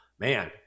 Man